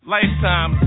Lifetime